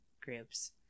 groups